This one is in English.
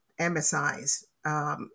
MSIs